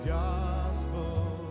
gospel